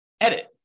edit